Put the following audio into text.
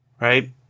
right